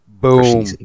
boom